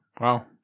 Wow